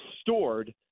stored